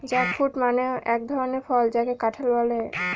jackfruit মানে হয় এক ধরনের ফল যাকে কাঁঠাল বলে